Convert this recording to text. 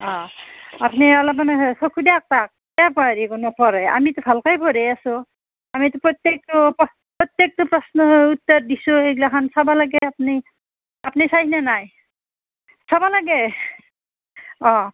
অঁ আপুনি অলপমান সেই চকু দিয়ক তাক কে হেৰি নপঢ়ে আমিতো ভালকেই পঢ়াই আছোঁ আমিটো প্ৰত্যেকটো প্ৰত্যেকটো প্ৰশ্নৰে উত্তৰ দিছোঁ সেগলাখান চাব লাগেই আপুনি আপুনি চাই নে নাই চাব লাগেই অঁ